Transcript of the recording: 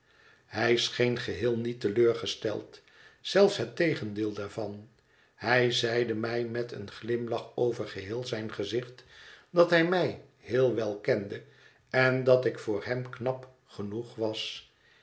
hij scheen geheel niet te leur gesteld zelfs het tegendeel daarvan hij zeide mij met een glimlach over geheel zijn gezicht dat hij mij heel wel kende en dat ik voor hem knap ge noeg was